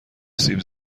سیب